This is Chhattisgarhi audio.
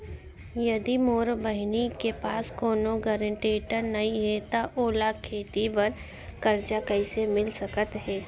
यदि मोर बहिनी के पास कोनो गरेंटेटर नई हे त ओला खेती बर कर्जा कईसे मिल सकत हे?